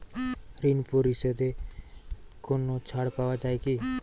ঋণ পরিশধে কোনো ছাড় পাওয়া যায় কি?